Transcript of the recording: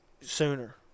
sooner